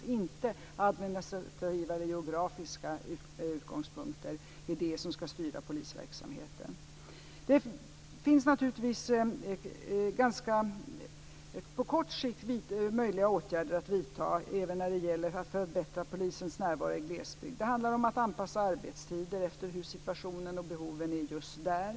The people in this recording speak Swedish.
Det är inte administrativa eller geografiska utgångspunkter som ska styra polisverksamheten. Det finns naturligtvis på kort sikt vissa åtgärder som är möjliga att vidta för att förbättra polisens närvaro i glesbygd. Det handlar om att anpassa arbetstider efter hur situationen och behoven är just där.